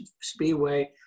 Speedway